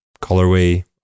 colorway